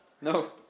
No